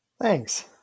Thanks